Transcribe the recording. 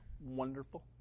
Wonderful